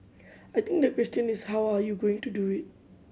I think the question is how are you going to do it